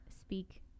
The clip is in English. speak